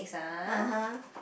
(uh huh)